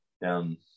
down